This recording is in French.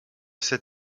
ses